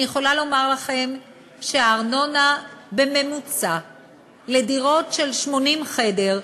אני יכולה לומר לכם שהארנונה לדירות של 80 מטר,